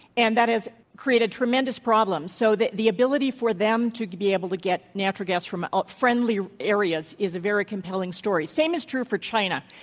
and that has created tremendous problems so that the ability for them to be able to get natural gas from ah friendly areas is a very compelling story. same is true for china.